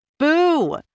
boo